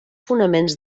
fonaments